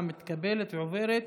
ההצעה להעביר את